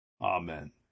Amen